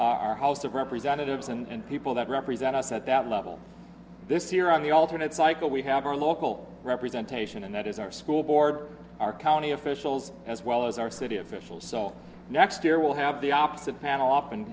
our house of representatives and people that represent us at that level this year on the alternate cycle we have our local representation and that is our school board our county officials as well as our city officials so next year we'll have the opposite panel of